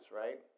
right